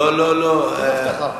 איזו הבטחה?